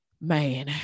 man